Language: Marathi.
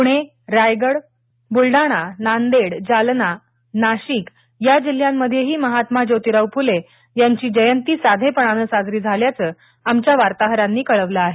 प्णे रायगड ब्लडाणा नांदेड जालना नाशिक या जिल्ह्यांमध्येही महात्मा ज्योतिराव फुले यांची जयंती साधेपणानं साजरी झाल्याचं आमच्या वार्ताहरांनी कळवलं आहे